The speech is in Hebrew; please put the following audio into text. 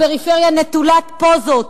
הפריפריה נטולת פוזות,